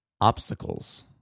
obstacles